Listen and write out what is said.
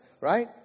right